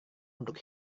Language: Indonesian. untuk